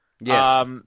Yes